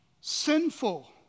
sinful